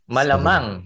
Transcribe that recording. Malamang